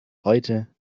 heute